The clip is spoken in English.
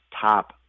top